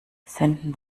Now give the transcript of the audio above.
senden